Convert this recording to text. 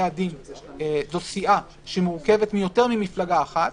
הדין הוא סיעה שמורכבת מיותר ממפלגה אחת